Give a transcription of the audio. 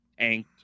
anked